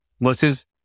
versus